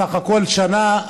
בסך הכול שנה,